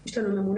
אנחנו מיד